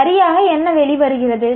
சரியாக என்ன வெளிவருகிறது